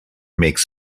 makes